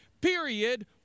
period